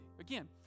Again